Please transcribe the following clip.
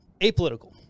apolitical